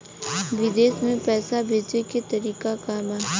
विदेश में पैसा भेजे के तरीका का बा?